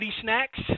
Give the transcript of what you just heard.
Snacks